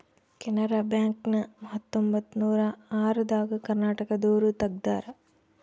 Canara bank ನ ಹತ್ತೊಂಬತ್ತನೂರ ಆರ ದಾಗ ಕರ್ನಾಟಕ ದೂರು ತೆಗ್ದಾರ